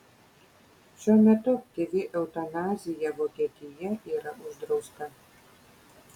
šiuo metu aktyvi eutanazija vokietija yra uždrausta